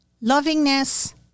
Lovingness